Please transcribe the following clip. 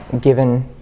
given